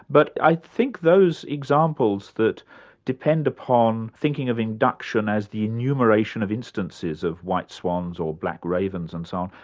but i think those examples that depend upon thinking of induction as the enumeration of instances of white swans or black ravens and so on